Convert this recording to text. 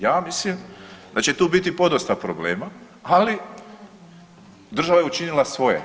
Ja mislim da će tu biti podosta problema, ali država je učinila svoje.